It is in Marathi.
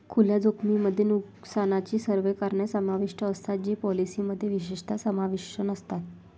खुल्या जोखमीमध्ये नुकसानाची सर्व कारणे समाविष्ट असतात जी पॉलिसीमध्ये विशेषतः समाविष्ट नसतात